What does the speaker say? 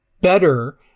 better